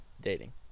dating